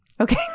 Okay